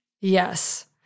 Yes